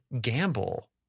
gamble